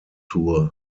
tour